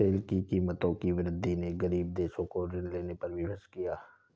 तेल की कीमतों की वृद्धि ने गरीब देशों को ऋण लेने पर विवश किया